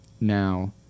Now